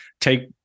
take